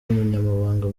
umunyamabanga